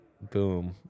Boom